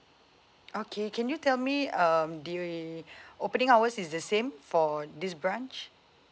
okay can you tell me um the opening hours is the same for this branch